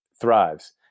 thrives